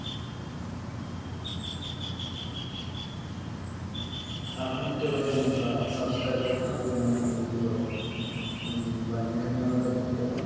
ᱟᱨᱦᱚᱸ ᱢᱤᱫᱴᱮᱡ ᱵᱟᱨᱭᱟ ᱱᱚᱝᱠᱟ ᱥᱟᱵᱥᱠᱨᱟᱭᱤᱵ ᱦᱩᱭ ᱠᱟᱱᱟ ᱢᱮᱱᱠᱷᱟᱱ ᱧᱩᱛᱩᱢ ᱫᱚ ᱵᱟᱧ ᱩᱭᱦᱟᱹᱨ ᱧᱟᱢ ᱫᱟᱲᱭᱟᱜ ᱠᱟᱱᱟ ᱱᱤᱛᱚᱜ ᱫᱚ